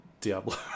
Diablo